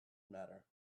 matter